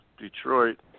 Detroit